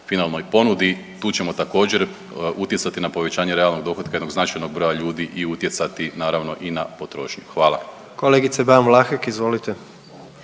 finalnoj ponudi. Tu ćemo također utjecati na povećanje realnog dohotka jednog značajnog broja ljudi i utjecati naravno i na potrošnju. Hvala. **Jandroković,